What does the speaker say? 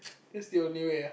that's the only where